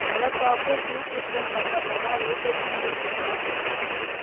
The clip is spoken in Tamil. நலக்காப்பு சீர்திருத்தம் சம்பந்தமாக லேட்டஸ்ட் நியூஸ் என்ன